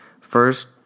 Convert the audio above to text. first